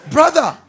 Brother